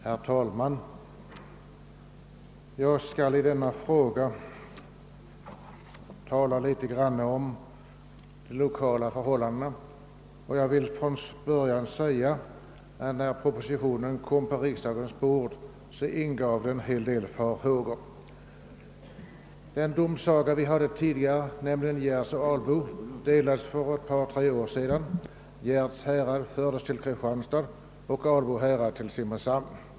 Herr talman! Jag skall gå in på en del lokala förhållanden i detta sammanhang. När propositionen i förevarande ärende kom på riksdagens bord ingav den en hel del farhågor. Den domsaga vi tidigare hade haft i min hemtrakt, nämligen Gärds-Albo domsaga, delades för ett par, tre år sedan upp, så att Gärds härad fördes till Kristianstad medan Albo härad fördes till Simrishamn.